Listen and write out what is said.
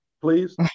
please